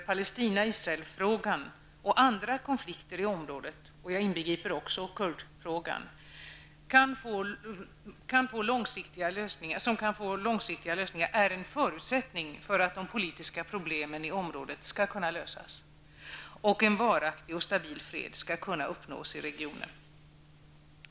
Palestina/Israel-frågan och andra konflikter i området -- jag inbegriper också kurdfrågan -- kan få långsiktiga lösningar, är en förutsättning för att de politiska problemen i området skall kunna lösas och för att en varaktig och stabil fred skall kunna uppnås i regionen.